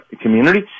community